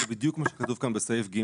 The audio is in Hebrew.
זה בדיוק מה שכתוב כאן (ג)(2),